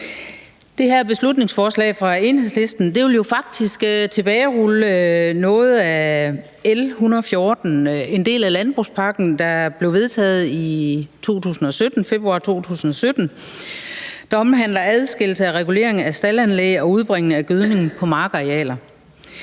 Det her beslutningsforslag fra Enhedslisten vil jo faktisk tilbagerulle noget af L 114, en del af landbrugspakken, der blev vedtaget i februar 2017, og som omhandler adskillelse af regulering af staldanlæg og udbringning af gødning på markarealer.